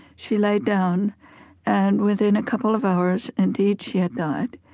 she lay down and within a couple of hours, indeed, she had died.